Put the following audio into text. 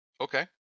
Okay